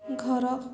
ଘର